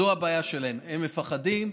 זו הבעיה שלהם, הם מפחדים.